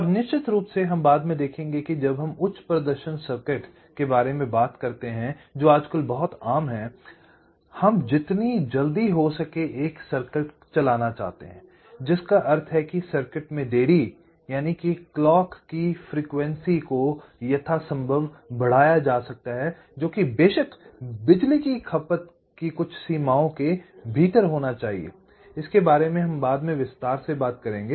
और निश्चित रूप से हम बाद में देखेंगे कि जब हम उच्च प्रदर्शन सर्किट के बारे में बात करते हैं जो आजकल बहुत आम हैं I हम जितनी जल्दी हो सके एक सर्किट चलाना चाहते हैं जिसका अर्थ है कि सर्किट में देरी क्लॉक की आवृत्ति को यथासंभव बढ़ाया जा सकता है जोकि बेशक बिजली की खपत की कुछ सीमाओं के भीतर होनी चाहिए जिसके बारे में हम बाद में फिर से बात करेंगे